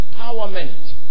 empowerment